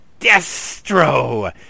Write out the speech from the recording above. Destro